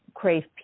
crave